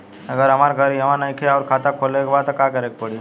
अगर हमार घर इहवा नईखे आउर खाता खोले के बा त का करे के पड़ी?